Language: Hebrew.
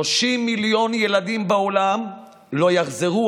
30 מיליון ילדים בעולם לא יחזרו,